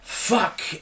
Fuck